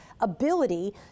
ability